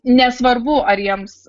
nesvarbu ar jiems